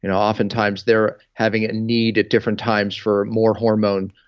you know oftentimes, they're having it need, at different times, for more hormone,